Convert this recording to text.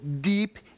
deep